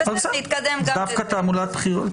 אז דווקא תעמולת בחירות?